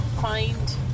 find